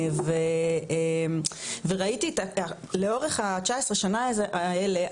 וראיתי לאורך ה- 19 שנה האלה,